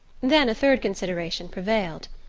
then a third consideration prevailed.